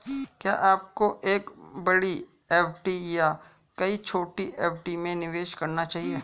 क्या आपको एक बड़ी एफ.डी या कई छोटी एफ.डी में निवेश करना चाहिए?